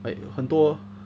like 很多